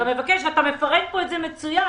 ואתה מפרט את זה מצוין.